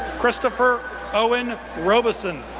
christopher owen robeson,